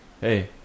hey